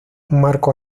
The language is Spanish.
marco